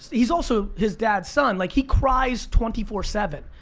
he's also his dad's son. like he cries twenty four seven.